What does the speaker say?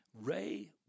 Ray